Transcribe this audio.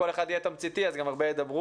אם כל אחד יהיה תמציתי אז גם הרבה ידברו.